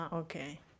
okay